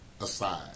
aside